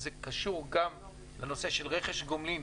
זה קשור גם לנושא של רכש גומלין